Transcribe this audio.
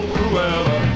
Cruella